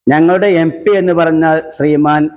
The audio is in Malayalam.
ഞങ്ങളുടെ എം പി എന്നു പറഞ്ഞാല് ശ്രീ മാന്